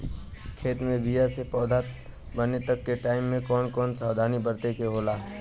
खेत मे बीया से पौधा बने तक के टाइम मे कौन कौन सावधानी बरते के होला?